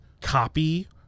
copy